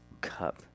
cup